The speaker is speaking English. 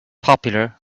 popular